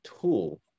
tool